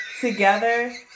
together